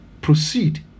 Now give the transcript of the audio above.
proceed